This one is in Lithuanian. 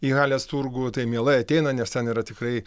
į halės turgų tai mielai ateina nes ten yra tikrai